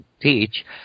teach